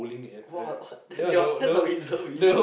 what that's your that's a reservist